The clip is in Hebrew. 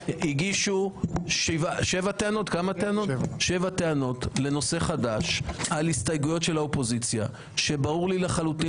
הגישו 7 טענות לנושא חדש על הסתייגויות של האופוזיציה כשברור לי לחלוטין